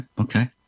Okay